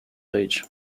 page